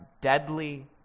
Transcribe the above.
deadly